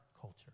culture